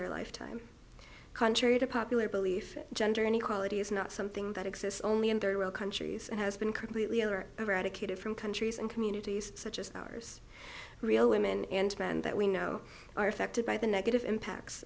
their lifetime contrary to popular belief gender inequality is not something that exists only in third world countries and has been completely over eradicated from countries and communities such as ours real women and men that we know are affected by the negative impacts